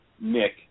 Nick